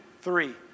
three